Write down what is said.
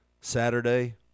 Saturday